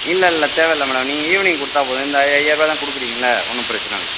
இல்லை இல்லை தேவை இல்லை மேடம் நீங்கள் ஈவினிங் கொடுத்தா போதும் இந்த ஐயாருவா தான் கொடுக்குறீங்கள ஒன்றும் பிரச்சனை இல்லை